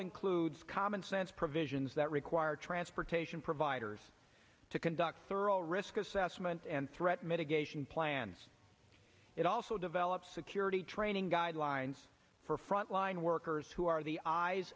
includes commonsense provisions that require transportation providers to conduct thorough risk assessment and threat mitigation plan it also develop security training guidelines for frontline workers who are the eyes